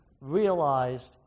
realized